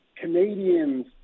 Canadians